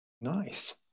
Nice